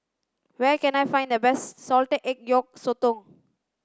where can I find the best salted egg yolk sotong